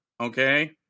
okay